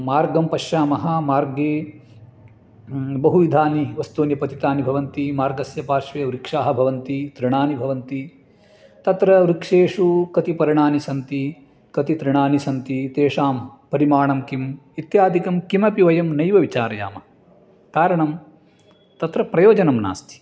मार्गं पश्यामः मार्गे बहुविधानि वस्तूनि पतितानि भवन्ति मार्गस्य पार्श्वे वृक्षाः भवन्ति तृणानि भवन्ति तत्र वृक्षेषु कति पर्णानि सन्ति कति तृणानि सन्ति तेषां परिमाणं किम् इत्यादिकं किमपि वयं नैव विचारयामः कारणं तत्र प्रयोजनं नास्ति